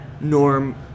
Norm